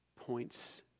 points